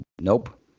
nope